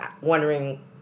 wondering